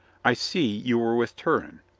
i see you were with turenne.